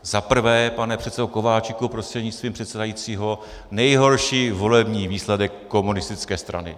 Zaprvé, pane předsedo Kováčiku prostřednictvím předsedajícího, nejhorší volební výsledek komunistické strany.